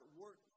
work